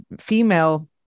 female